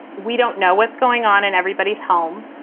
we don't know what's going on in everybody's home.